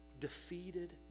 defeated